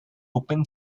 open